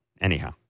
Anyhow